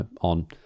on